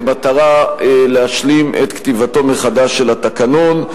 במטרה להשלים את כתיבתו מחדש של התקנון.